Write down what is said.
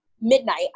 midnight